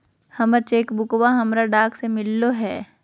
हमर चेक बुकवा हमरा डाक से मिललो हे